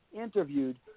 interviewed